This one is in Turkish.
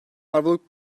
avroluk